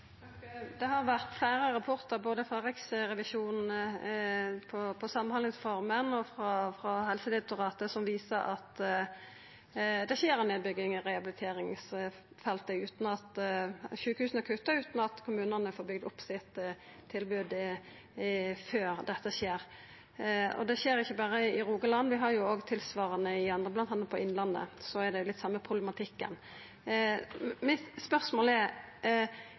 Det har vore fleire rapportar, både frå Riksrevisjonen om samhandlingsreforma og frå Helsedirektoratet, som viser at det skjer ei nedbygging av rehabiliteringsfeltet utan at kommunane får bygd opp eit tilbod før dette skjer. Og det skjer ikkje berre i Rogaland, bl.a. i Innlandet har dei litt av den same problematikken. Spørsmålet mitt er: Statsråden verkar så roleg – er ikkje statsråden bekymra for rehabiliteringsfeltet når så mange nasjonale rapportar viser at her er